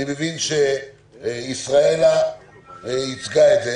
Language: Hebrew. אני מבין שישראלה ייצגה את זה.